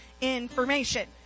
information